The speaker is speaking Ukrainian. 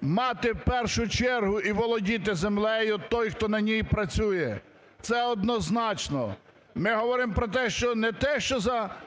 мати, в першу чергу, і володіти землею той, хто на ній працює. Це однозначно. Ми говоримо про те, що не те, що